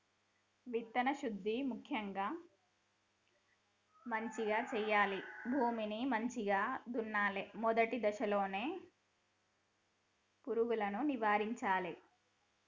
విత్తన శుద్ధి ముక్యంగా మంచిగ చేయాలి, భూమిని మంచిగ దున్నలే, మొదటి దశలోనే పురుగులను నివారించాలే